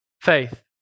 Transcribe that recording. faith